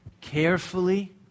carefully